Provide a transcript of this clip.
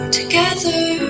together